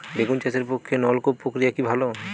বেগুন চাষের পক্ষে নলকূপ প্রক্রিয়া কি ভালো?